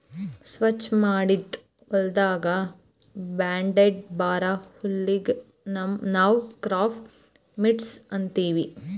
ಸ್ವಚ್ ಮಾಡಿದ್ ಹೊಲದಾಗ್ ಬ್ಯಾಡದ್ ಬರಾ ಹುಲ್ಲಿಗ್ ನಾವ್ ಕ್ರಾಪ್ ವೀಡ್ಸ್ ಅಂತೀವಿ